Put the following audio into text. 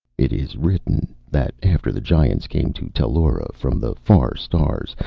it is written that after the giants came to tellura from the far stars,